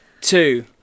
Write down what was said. two